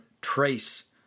trace